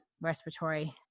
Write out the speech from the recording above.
respiratory